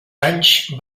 anys